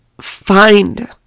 find